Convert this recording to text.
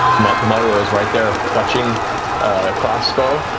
matt maruo is right there clutching a crossbow